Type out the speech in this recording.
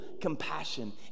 compassion